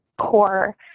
core